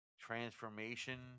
Transformation